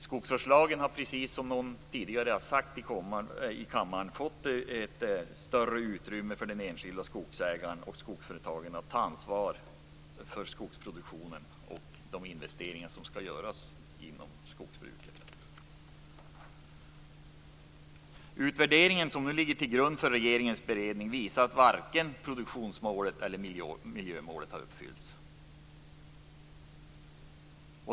Skogsvårdslagen har, som en av de tidigare talarna i kammaren sagt, givit ett större utrymme för den enskilde skogsägaren och för skogsföretagen att ta ansvar för skogsproduktionen och för de investeringar som skall göras inom skogsbruket. Den utvärdering som ligger till grund för regeringens beredning visar att varken produktionsmålet eller miljömålet har uppfyllts.